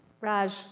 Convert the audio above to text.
Raj